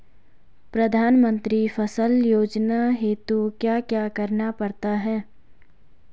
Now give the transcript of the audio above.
प्रधानमंत्री फसल योजना हेतु क्या क्या करना पड़ता है?